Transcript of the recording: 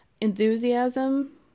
enthusiasm